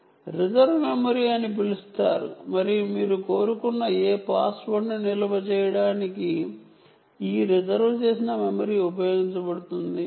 దీనిని reserved memory అని పిలుస్తారు మరియు మీరు కోరుకున్న పాస్వర్డ్ను నిల్వ చేయడానికి ఈ రిజర్వు చేసిన మెమరీ ఉపయోగించబడుతుంది